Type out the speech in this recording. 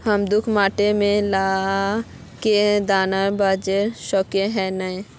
हम खुद मार्केट में ला के दाना बेच सके है नय?